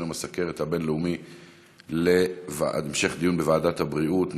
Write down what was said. יום הסוכרת הבין-לאומי להמשך דיון בוועדת הבריאות.